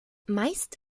meist